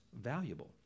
valuable